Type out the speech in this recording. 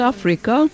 Africa